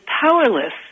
powerless